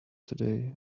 today